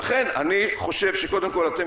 לכן אני חושב שקודם כול אתם,